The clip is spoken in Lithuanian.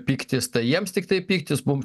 pyktis tai jiems tiktai pyktis mum